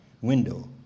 window